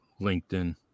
LinkedIn